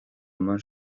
eman